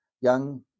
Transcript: young